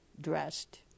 dressed